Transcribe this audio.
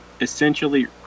essentially